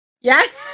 Yes